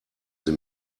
sie